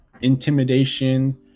intimidation